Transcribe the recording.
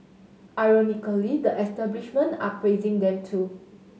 ironically the establishment are praising them too